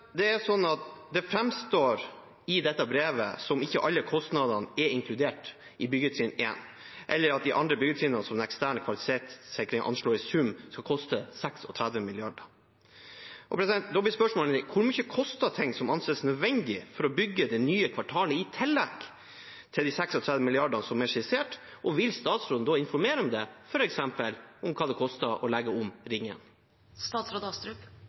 Det framstår i dette brevet som om ikke alle kostnadene er inkludert i byggetrinn 1, eller at de andre byggetrinnene, som den eksterne kvalitetssikringen anslo, i sum skal koste 36 mrd. kr. Da blir spørsmålet mitt: Hvor mye koster ting som anses nødvendig for å bygge det nye kvartalet, i tillegg til de 36 milliardene som er skissert? Og vil statsråden da informere om det, f.eks. om hva det koster å legge om